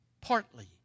partly